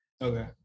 okay